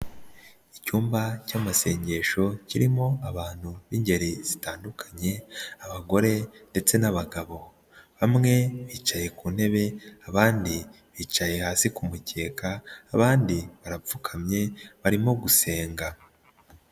Icyumba cy'amasengesho kirimo abantu b'ingeri zitandukanye, abagore ndetse n'abagabo, bamwe bicaye ku ntebe, abandi bicaye hasi ku kumukeka, abandi barapfukamye, barimo gusenga.